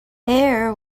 air